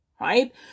right